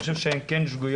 אני חושב שהן כן שגויות,